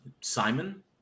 Simon